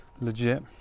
legit